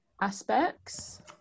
aspects